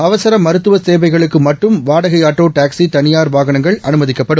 அவசர மருத்துவ தேவைகளுக்கு மட்டும் வாடகை ஆட்டோ டாக்சி தனியார் வாகனங்கள் அனுமதிக்கப்படும்